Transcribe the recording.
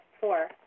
four